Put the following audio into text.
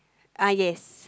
ah yes